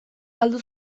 galdu